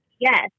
yes